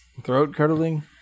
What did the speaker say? throat-curdling